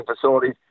facilities